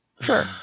Sure